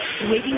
waiting